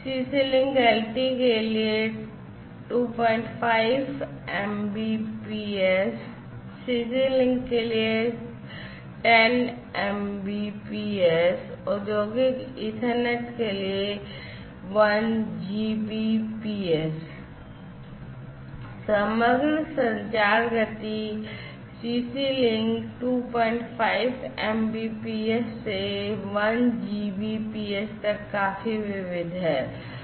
CC link LT के लिए 25 Mbps CC link के लिए 10 Mbps औद्योगिक Ethernet के लिए 1 Gbps समग्र संचार गति CC लिंक 25 Mbps से 1 Gbps तक काफी विविध है